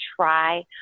try